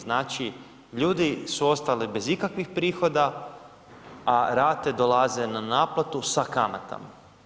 Znači, ljudi su ostali bez ikakvih prihoda, a rate dolaze na naplatu sa kamatama.